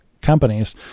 companies